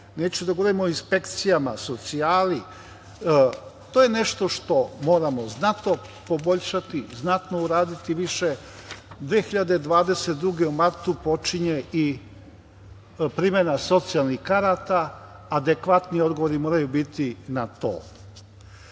neću da govorim o inspekcijama, socijali, to je nešto što moramo znatno poboljšati, znatno uraditi više. Godine 2022. u martu počinje i primena socijalnih karata, adekvatni odgovori moraju biti na